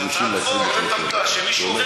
להגיש הצעת חוק שמי,